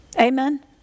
Amen